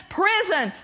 prison